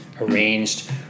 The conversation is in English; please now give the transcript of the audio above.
arranged